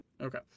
Okay